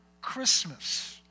Christmas